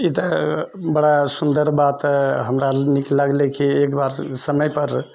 इधर बड़ा सुन्दर बात हमरा नीक लगलय कि एक बार समय पर